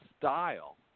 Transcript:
style